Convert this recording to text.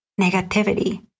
negativity